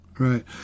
Right